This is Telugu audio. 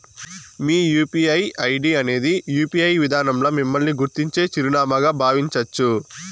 మీ యూ.పీ.ఐ ఐడీ అనేది యూ.పి.ఐ విదానంల మిమ్మల్ని గుర్తించే చిరునామాగా బావించచ్చు